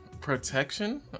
Protection